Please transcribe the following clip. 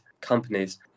companies